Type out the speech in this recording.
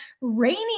rainy